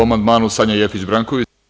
Po amandmanu, Sanja Jefić Branković.